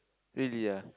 really ah